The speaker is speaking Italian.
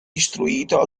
istruito